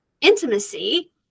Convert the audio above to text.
intimacy